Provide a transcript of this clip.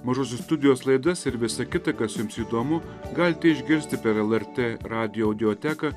mažosios studijos laidas ir visa kita kas jums įdomu galite išgirsti per lrt radijo audioteką